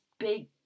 Big